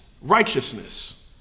righteousness